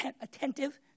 Attentive